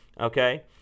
Okay